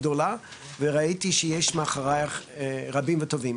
וראיתי שיש מאחורייך רבים וטובים.